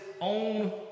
own